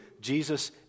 Jesus